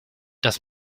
das